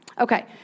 Okay